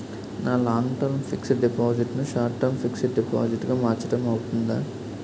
నా long term fixed deposit ను short term deposit గా మార్చటం అవ్తుందా?